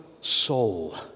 soul